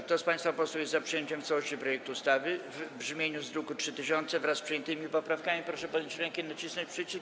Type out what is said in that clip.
Kto z państwa posłów jest za przyjęciem w całości projektu ustawy w brzmieniu z druku nr 3000, wraz z przyjętymi poprawkami, proszę podnieść rękę i nacisnąć przycisk.